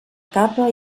capa